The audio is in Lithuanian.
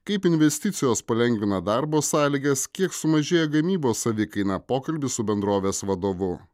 kaip investicijos palengvina darbo sąlygas kiek sumažėja gamybos savikaina pokalbis su bendrovės vadovu